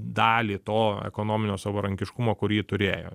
dalį to ekonominio savarankiškumo kurį turėjo